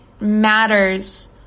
matters